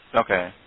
okay